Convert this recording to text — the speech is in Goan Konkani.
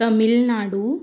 तमीळनाडू